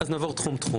נעבור על כל תחום.